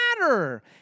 matter